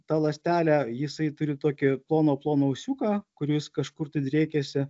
ta ląstelė jisai turi tokį ploną ploną ūsiuką kuris kažkur tai driekiasi